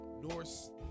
Norse